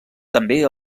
també